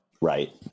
Right